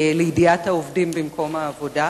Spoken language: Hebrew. לידיעת העובדים במקום העבודה,